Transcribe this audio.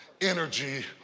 energy